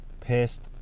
pissed